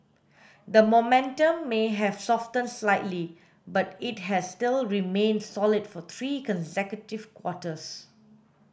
the momentum may have softened slightly but it has still remained solid for three consecutive quarters